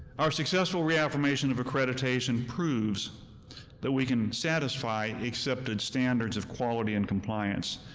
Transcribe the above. our successful reaffirmation of accreditation proves that we can satisfy accepted standards of quality and compliance.